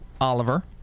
Oliver